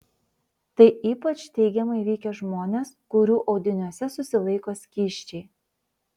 tai ypač teigiamai veikia žmones kurių audiniuose susilaiko skysčiai